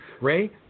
Ray